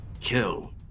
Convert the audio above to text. kill